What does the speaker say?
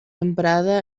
emprada